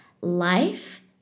life